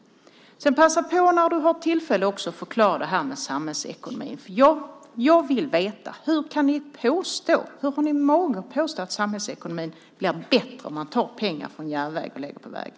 Passa också på, när du nu har tillfälle, att förklara det här med samhällsekonomi. Jag vill veta: Hur har ni mage att påstå att samhällsekonomin blir bättre om man tar pengar från järnväg och lägger på väg?